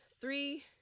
three